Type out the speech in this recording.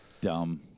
Dumb